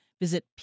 Visit